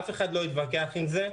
אף אחד לא יתווכח עם זה.